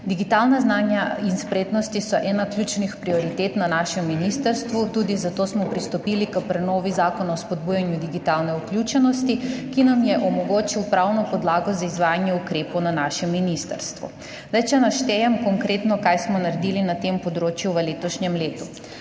Digitalna znanja in spretnosti so ena ključnih prioritet na našem ministrstvu, tudi zato smo pristopili k prenovi Zakona o spodbujanju digitalne vključenosti, ki nam je omogočil pravno podlago za izvajanje ukrepov na našem ministrstvu. Če naštejem konkretno, kaj smo naredili na tem področju v letošnjem letu.